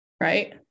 right